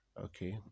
Okay